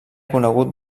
conegut